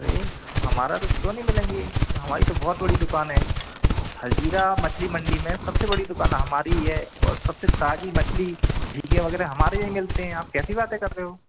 अरे हमारा तो क्यों नहीं मिलेंगे हमारी तो बहुत बड़ी दुकान है हज़ीरा मंडी में सबसे बड़ी दुकान हमारी है और सबसे ताज़ी मछली झींगे वग़ैरह हमारे यहाँ ही मिलते हैं आप कैसी बातें कर रहे हो